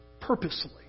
purposely